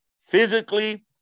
physically